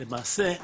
למעשה,